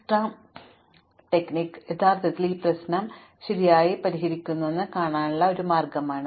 അതിനാൽ ഡിജക്സ്ട്ര അത്യാഗ്രഹ തന്ത്രം യഥാർത്ഥത്തിൽ ഈ പ്രശ്നം ശരിയായി പരിഹരിക്കുന്നുവെന്ന് കാണിക്കാനുള്ള ഒരു മാർഗമാണിത്